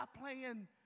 playing